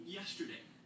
yesterday